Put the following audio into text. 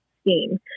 scheme